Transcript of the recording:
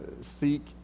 seek